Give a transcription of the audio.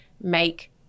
make